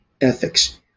ethics